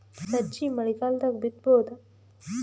ಸಜ್ಜಿ ಮಳಿಗಾಲ್ ದಾಗ್ ಬಿತಬೋದ?